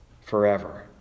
forever